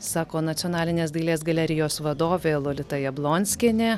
sako nacionalinės dailės galerijos vadovė lolita jablonskienė